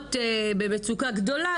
נמצאות במצוקה גדולה,